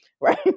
Right